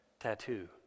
tattoo